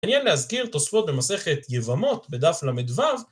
מעניין להזכיר תוספות במסכת יבמות בדף ל"ו